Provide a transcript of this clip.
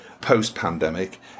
post-pandemic